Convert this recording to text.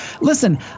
Listen